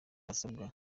basabwa